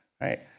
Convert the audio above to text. right